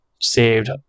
saved